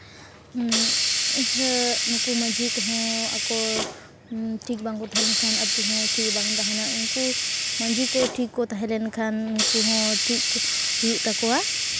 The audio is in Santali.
ᱤᱭᱟᱹ ᱱᱩᱠᱩ ᱢᱟᱹᱡᱷᱤ ᱠᱚᱦᱚᱸ ᱟᱠᱚ ᱴᱷᱤᱠ ᱵᱟᱠᱚ ᱛᱟᱦᱮᱸ ᱞᱮᱱᱠᱷᱟᱱ ᱟᱛᱳ ᱦᱚᱸ ᱴᱷᱤᱠ ᱵᱟᱝ ᱛᱟᱦᱮᱱᱟ ᱩᱱᱠᱩ ᱢᱟᱹᱡᱷᱤ ᱠᱚ ᱴᱷᱤᱠ ᱠᱚ ᱛᱟᱦᱮᱸ ᱞᱮᱱᱠᱷᱟᱱ ᱩᱱᱠᱩ ᱦᱚᱸ ᱴᱷᱤᱠ ᱦᱩᱭᱩᱜ ᱛᱟᱠᱚᱣᱟ